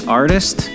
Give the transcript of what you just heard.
artist